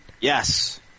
Yes